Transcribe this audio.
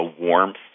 warmth